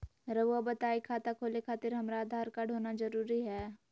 रउआ बताई खाता खोले खातिर हमरा आधार कार्ड होना जरूरी है?